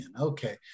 Okay